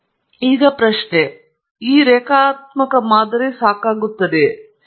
ಈಗ ಪ್ರಶ್ನೆ ಈ ರೇಖಾತ್ಮಕ ಮಾದರಿ ಸಾಕಾಗಿದ್ದರೆ